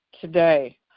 today